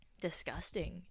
disgusting